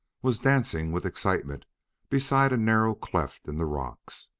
was dancing with excitement beside a narrow cleft in the rocks.